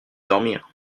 dormir